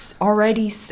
already